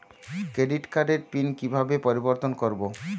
Credit কার্ডের PIN কিভাবে পরিবর্তন করবো?